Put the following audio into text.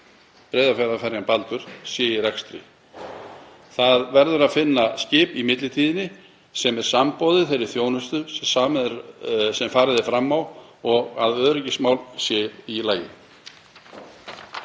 Breiðafjarðarferjan Baldur, sé í rekstri. Það verður að finna skip í millitíðinni sem er samboðið þeirri þjónustu sem farið er fram á og það þarf að tryggja